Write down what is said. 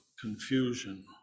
Confusion